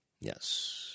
Yes